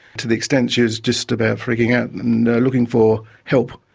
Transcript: to the extent she was just about freaking out and looking for help.